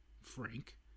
Frank